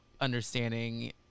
understanding